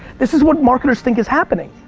this is what marketers think is happening.